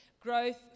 Growth